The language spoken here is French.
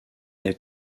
est